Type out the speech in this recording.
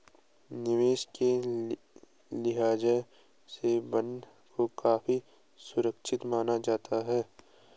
निवेश के लिहाज से बॉन्ड को काफी सुरक्षित माना जाता है